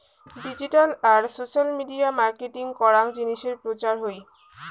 digital আর social media marketing করাং জিনিসের প্রচার হই